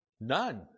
None